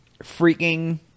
freaking